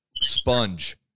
sponge